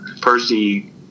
Percy